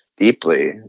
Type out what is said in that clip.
deeply